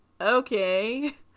Okay